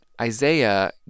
Isaiah